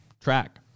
track